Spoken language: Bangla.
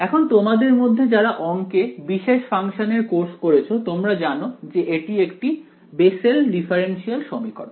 এখন তোমাদের মধ্যে যারা অংকে বিশেষ ফাংশানের কোর্স করেছে তোমরা জানো যে এটি একটি বেসেল ডিফারেনশিয়াল সমীকরণ